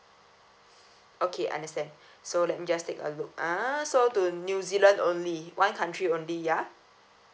okay I understand so let me just take a look ah so to new zealand only one country only ya